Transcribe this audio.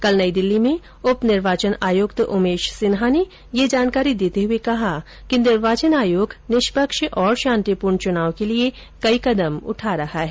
कल नई दिल्ली में उप निर्वाचन आयुक्त उमेश सिन्हा ने यह जानकारी देते हुए कहा कि निर्वाचन आयोग निष्पक्ष और शांतिपूर्ण चुनाव के लिये कई कदम उठा रहा है